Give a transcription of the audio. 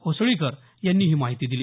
होसळीकर यांनी ही माहिती दिली